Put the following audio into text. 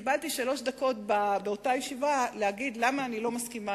קיבלתי שלוש דקות באותה ישיבה להגיד למה אני לא מסכימה,